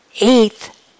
Eighth